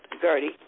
Gertie